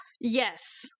yes